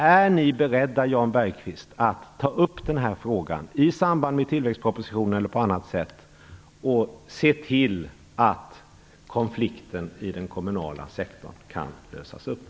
Är ni beredda, Jan Bergqvist, att ta upp den här frågan i samband med tillväxtpropositionen eller på annat sätt och se till att konflikten i den kommunala sektorn kan lösas upp?